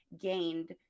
gained